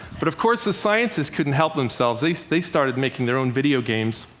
but of course the scientists couldn't help themselves. they they started making their own video games.